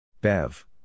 Bev